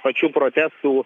pačių protestų